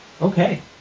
Okay